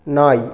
நாய்